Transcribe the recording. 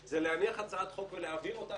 להניח הצעת חוק ולהעביר אותה,